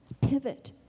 pivot